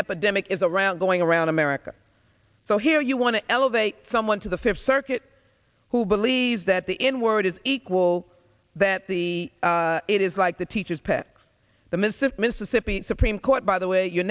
epidemic is around going around america so here you want to elevate someone to the fifth circuit who believes that the n word is equal that the it is like the teacher's pet the missive mississippi supreme court by the way